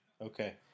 Okay